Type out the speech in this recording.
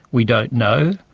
we don't know.